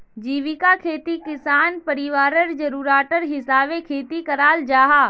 जीविका खेतित किसान परिवारर ज़रूराटर हिसाबे खेती कराल जाहा